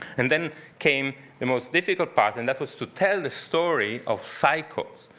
and then came the most difficult part, and that was to tell the story of cycles,